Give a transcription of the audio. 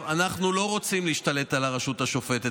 אנחנו לא רוצים להשתלט על הרשות השופטת,